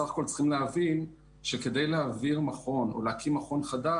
צריך להבין שכדי להעביר מכון או להקים מכון חדש,